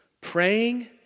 praying